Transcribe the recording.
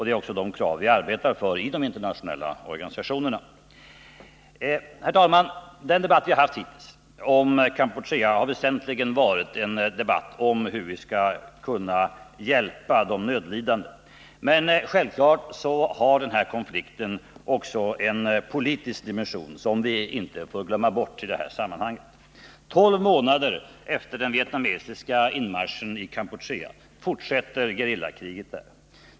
Det är också de krav vi arbetar för i de internationella organisationerna. Herr talman! Den debatt vi har haft hittills om Kampuchea har väsentligen varit en debatt om hur vi skall kunna hjälpa de nödlidande. Men självklart har den här konflikten också en politisk dimension som vi inte får glömma bort i detta sammanhang. Tolv månader efter den vietnamesiska inmarschen i Kampuchea forsätter gerillakriget där.